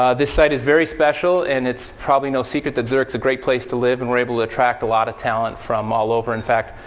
ah this site is very special, and it's probably no secret that zurich is a great place to live. and we're able to track a lot of talent from all over. in fact,